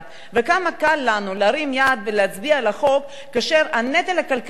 כמה קל לנו להרים יד ולהצביע על החוק כאשר את הנטל הכלכלי שלו,